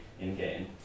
in-game